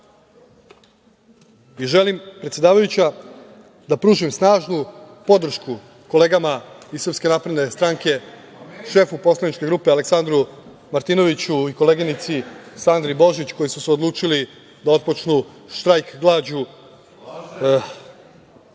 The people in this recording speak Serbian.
batinašima. Predsedavajuća, želim da pružim snažnu podršku kolegama iz SNS, šefu poslaničke grupe Aleksandru Martinoviću i koleginici Sandri Božić, koji su se odlučili da otpočnu štrajk glađu